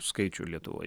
skaičių lietuvoj